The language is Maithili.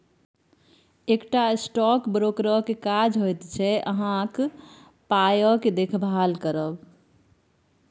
एकटा स्टॉक ब्रोकरक काज होइत छै अहाँक पायक देखभाल करब